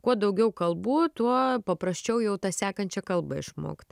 kuo daugiau kalbų tuo paprasčiau jau tą sekančią kalbą išmokt